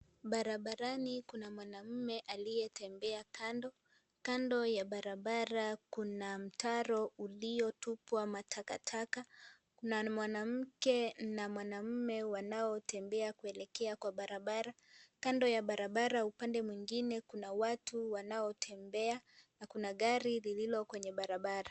Barabarani kuna mwanamme aliyeyembea kando, Kando ya barabara kuna mtaro uliyotupwa Kwa matakataka na mwanamke na mwanaume wanaotembea kuelekea Kwa barabara. Kando ya barabara upande mwingine kuna watu wanaotembea na kuna gari lililo kwenye barabara.